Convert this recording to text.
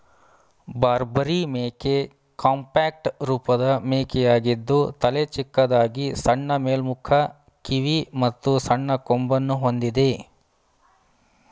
ಬಾರ್ಬರಿ ಮೇಕೆ ಕಾಂಪ್ಯಾಕ್ಟ್ ರೂಪದ ಮೇಕೆಯಾಗಿದ್ದು ತಲೆ ಚಿಕ್ಕದಾಗಿ ಸಣ್ಣ ಮೇಲ್ಮುಖ ಕಿವಿ ಮತ್ತು ಸಣ್ಣ ಕೊಂಬನ್ನು ಹೊಂದಿದೆ